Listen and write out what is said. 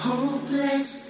Hopeless